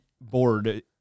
board